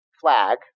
flag